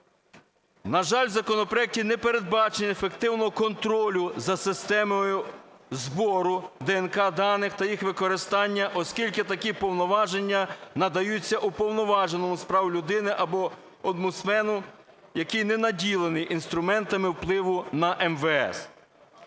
На жаль, в законопроекті не передбачено ефективного контролю за системою збору ДНК даних та їх використання, оскільки такі повноваження надаються Уповноваженому з прав людини, або омбудсмену, який не наділений інструментами впливу на МВС.